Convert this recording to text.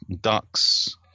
Ducks